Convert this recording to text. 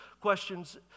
questions